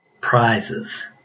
prizes